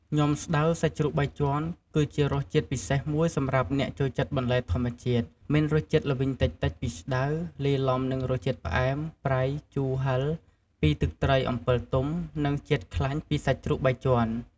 ញាំស្តៅសាច់ជ្រូកបីជាន់ គឺជារសជាតិពិសេសមួយសម្រាប់អ្នកចូលចិត្តបន្លែធម្មជាតិ មានរសជាតិល្វីងតិចៗពីស្តៅ លាយឡំនឹងរសជាតិផ្អែម ប្រៃ ជូរ ហិរ ពីទឹកត្រីអំពិលទុំ និងជាតិខ្លាញ់ពីសាច់ជ្រូកបីជាន់។